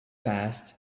passed